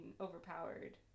overpowered